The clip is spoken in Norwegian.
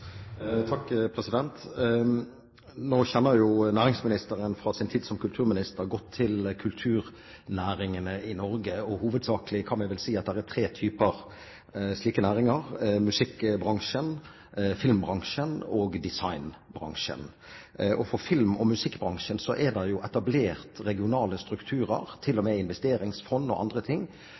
Nå kjenner jo næringsministeren fra sin tid som kulturminister godt til kulturnæringene i Norge. Hovedsakelig kan man vel si at det er tre typer slike næringer: musikkbransjen, filmbransjen og designbransjen. For filmbransjen og musikkbransjen er det etablert regionale strukturer – til og med investeringsfond og andre ting